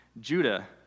Judah